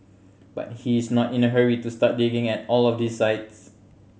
but he is not in a hurry to start digging at all of these sites